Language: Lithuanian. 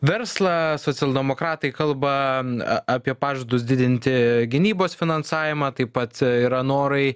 verslą socialdemokratai kalba apie pažadus didinti gynybos finansavimą taip pat yra norai